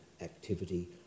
activity